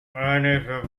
eine